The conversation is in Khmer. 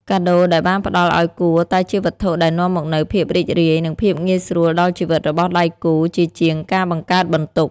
កាដូដែលបានផ្ដល់ឱ្យគួរតែជាវត្ថុដែលនាំមកនូវភាពរីករាយ និងភាពងាយស្រួលដល់ជីវិតរបស់ដៃគូ ជាជាងការបង្កើតបន្ទុក។